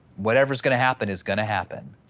whatever is gonna happen is gonna happen.